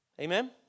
Amen